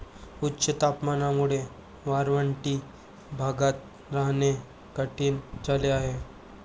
उच्च तापमानामुळे वाळवंटी भागात राहणे कठीण झाले आहे